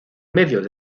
medios